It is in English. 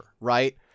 right